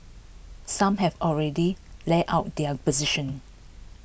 some have already laid out their position